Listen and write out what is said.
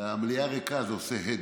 המליאה ריקה, אז זה עושה הד.